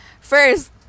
first